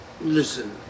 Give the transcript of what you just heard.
Listen